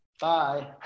bye